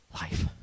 life